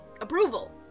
approval